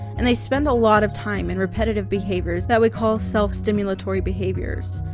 and they spend a lot of time in repetitive behaviors that we call self-stimulatory behaviors.